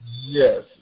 Yes